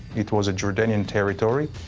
it was a jordanian territory.